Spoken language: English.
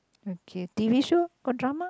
okay t_v show got drama